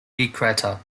equator